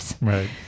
Right